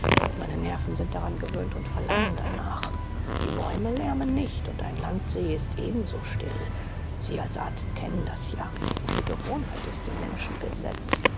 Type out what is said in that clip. meine nerven sind daran gewöhnt und verlangen danach die bäume lärmen nicht und ein landsee ist ebenso still sie als arzt kennen das ja die gewohnheit ist dem menschen